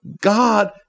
God